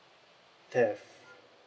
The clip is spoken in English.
theft